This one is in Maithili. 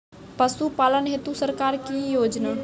पशुपालन हेतु सरकार की योजना?